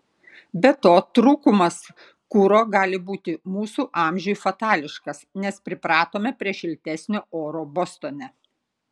be to trūkumas kuro gali būti mūsų amžiui fatališkas nes pripratome prie šiltesnio oro bostone